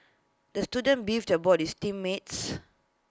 the student beefed about his team mates